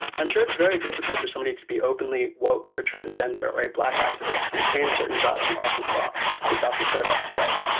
i'm sure it's very difficult for somebody to be openly woak or transgender or a black activist retain certain jobs in arkansas or south dakota. right.